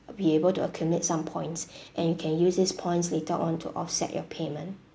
be able to accumulate some points and you can use this points later on to offset your payment